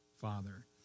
father